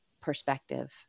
perspective